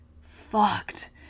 fucked